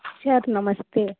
sir नमस्ते